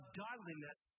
godliness